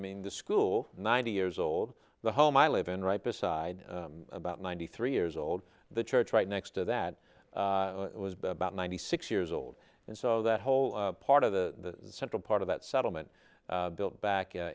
mean the school ninety years old the home i live in right beside about ninety three years old the church right next to that about ninety six years old and so that whole part of the central part of that settlement built back